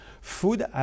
Food